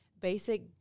basic